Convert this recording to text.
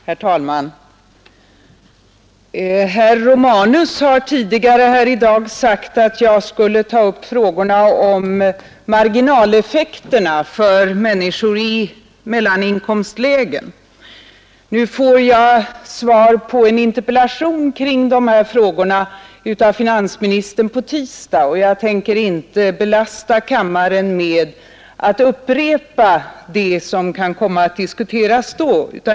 Herr talman! Herr Romanus har tidigare i dag sagt att jag skulle ta upp frågan om marginaleffekterna för människor i mellaninkomstlägen. Nu får jag på tisdag av finansministern svar på en interpellation kring dessa frågor, och jag tänker inte belasta kammaren med att föregripa vad som då kan komma att diskuteras.